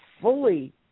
fully